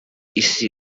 isi